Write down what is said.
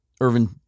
Irvin